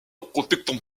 construction